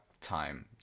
time